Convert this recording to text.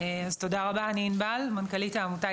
זאת אומרת,